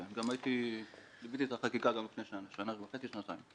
כן, גם ליוויתי את החקיקה לפני שנה וחצי-שנתיים.